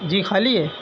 جی خالی ہے